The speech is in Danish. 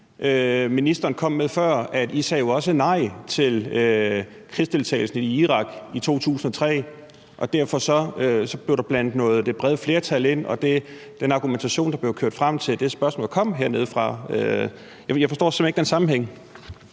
ministeren kom med før. I sagde jo nej til krigsdeltagelsen i Irak i 2003, og så blev det brede flertal blandet ind i forhold til den argumentation, der blev kørt frem, som svar på det spørgsmål, der kom hernedefra. Jeg forstår simpelt hen ikke den sammenhæng.